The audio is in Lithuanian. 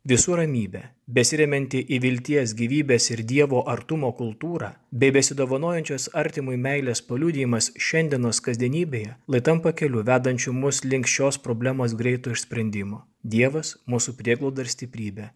visų ramybė besiremianti į vilties gyvybės ir dievo artumo kultūrą bei besidovanojančios artimui meilės paliudijimas šiandienos kasdienybėje lai tampa keliu vedančiu mus link šios problemos greito išsprendimo dievas mūsų prieglauda ir stiprybė